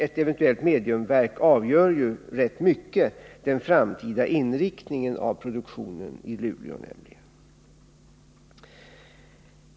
Ett eventuellt mediumverk avgör nämligen i rätt hög grad den framtida inriktningen av produktionen i Luleå.